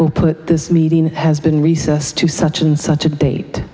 will put this meeting has been recessed to such and such a date